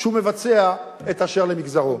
שהוא מבצע את אשר למגזרו.